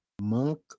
Monk